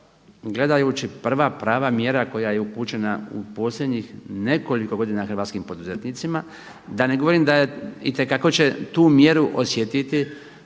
gledajući prva prava mjera koja je upućena u posljednjih nekoliko godina hrvatskim poduzetnicima, da ne govorim da je, itekako će tu mjeru osjetiti